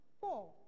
four